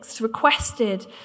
requested